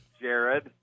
Jared